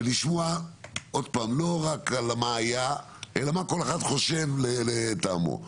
ולשמוע לא רק מה היה, אלא מה כל אחד חושב לטעמו.